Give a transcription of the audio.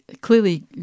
clearly